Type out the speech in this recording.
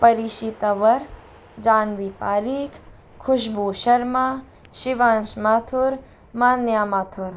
परी शितावर जानवी पारिख ख़ुशबू शर्मा शिवांश माथुर मान्या माथुर